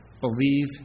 believe